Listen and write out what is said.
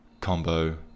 combo